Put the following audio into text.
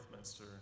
Northminster